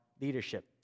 leadership